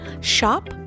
Shop